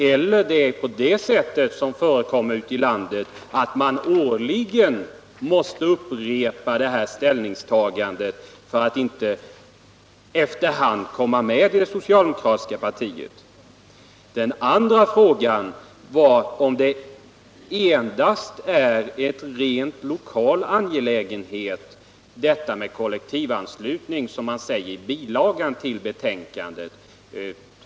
Eller om det skall vara så, vilket förekommer ute i landet, att man årligen måste upprepa sitt ställningstagande för att inte efter hand Andra frågan var om kollektivanslutning är en rent lokal angelägenhet, som det sägs i bilagan till betänkandet.